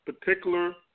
particular